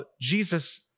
Jesus